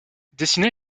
dessinée